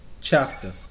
Chapter